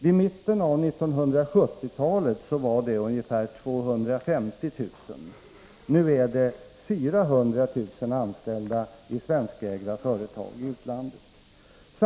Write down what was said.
I mitten av 1970-talet var siffran 250 000. Nu är 400 000 anställda i svenskägda företag i utlandet.